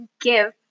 give